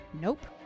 Nope